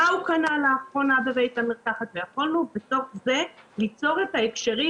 מה הוא קנה לאחרונה בבית המרקחת ויכלנו בתוך זה ליצור את ההקשרים